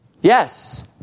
yes